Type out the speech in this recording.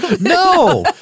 no